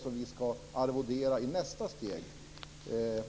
som vi ska arvodera i nästa steg?